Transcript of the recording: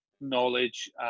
knowledge